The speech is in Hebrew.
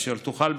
אשר תוכל,